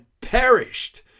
perished